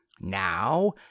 now